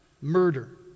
murder